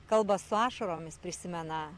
kalba su ašaromis prisimena